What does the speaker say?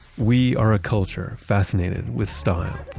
we are a culture, fascinated with style.